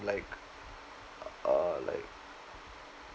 like uh like